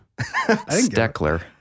Steckler